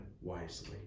wisely